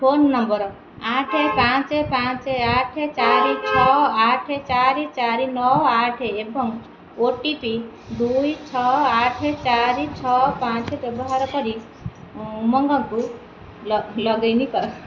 phone number ଆଠ ପାଞ୍ଚ ପାଞ୍ଚ ଆଠ ଚାରି ଛଅ ଆଠ ଚାରି ଚାରି ନଅ ଆଠ ଏବଂ ଓ ଟି ପି ଦୁଇ ଛଅ ଆଠ ଚାରି ଛଅ ପାଞ୍ଚ ବ୍ୟବହାର କରି ଉମଙ୍ଗକୁ ଲଗ୍ଇନ କର